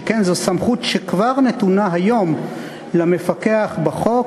שכן זו סמכות שכבר נתונה היום למפקח בחוק,